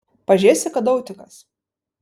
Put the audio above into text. pažėsi kada autikas